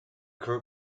crew